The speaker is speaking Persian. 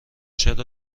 چرا